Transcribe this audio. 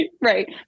right